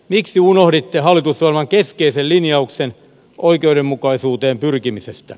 miksi unohditte hallitusohjelman keskeisen linjauksen oikeudenmukaisuuteen pyrkimisestä